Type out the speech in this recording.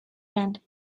band